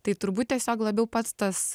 tai turbūt tiesiog labiau pats tas